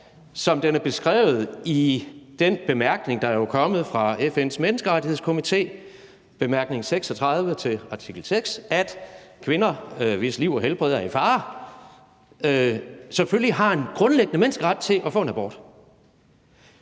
som den er beskrevet i den bemærkning, der er kommet fra FN's Menneskerettighedskomité, bemærkning 36 til artikel 6, om, at kvinder, hvis liv og helbred er i fare, selvfølgelig har en grundlæggende menneskeret til at få en abort.